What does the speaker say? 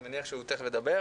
אני מניח שהוא תכף ידבר: